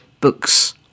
books